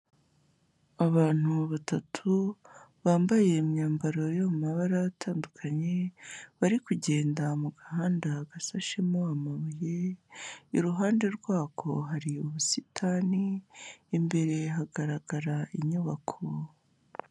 Abantu batatu bambaye imyambaro yo mabara atandukanye, bari kugenda mu gahanda gasashemo amabuye, iruhande rwako hari ubusitani, imbere hagaragara inyubako.